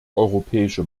europäische